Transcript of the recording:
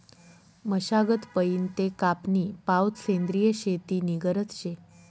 मशागत पयीन ते कापनी पावोत सेंद्रिय शेती नी गरज शे